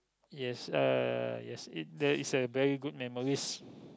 yes uh yes it there is a very good memories